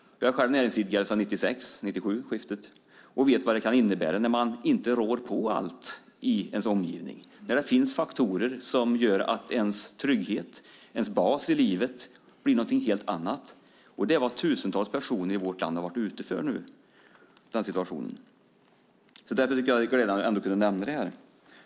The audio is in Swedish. Jag är själv näringsidkare sedan årsskiftet 1996/97. Jag vet vad det kan innebära när man inte rår på allt i omgivningen, när det finns faktorer som gör att tryggheten, basen i livet, blir något helt annat. Det är vad tusentals personer i vårt land har varit utsatta för. Därför är det glädjande att kunna nämna detta.